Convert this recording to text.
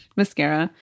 mascara